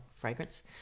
fragrance